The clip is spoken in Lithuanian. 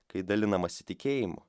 kai dalinamasi tikėjimu